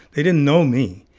they didn't know me.